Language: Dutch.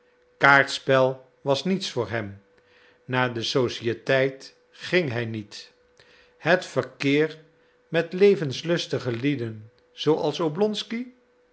kaartspel was niets voor hem naar de sociëteit ging hij niet het verkeer met levenslustige lieden zooals